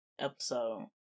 episode